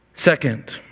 Second